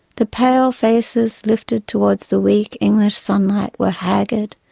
the pale faces lifted towards the weak english sunlight were haggard,